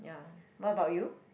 ya what about you